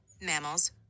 mammals